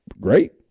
Great